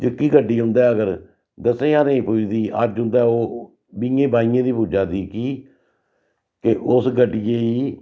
जेह्की गड्डी उं'दै अगर दस्सें ज्हारें दी पुज्जदी अज्ज उं'दै ओह् बीहें बाइयें दी पुज्जा दी कि के उस गड्डियै गी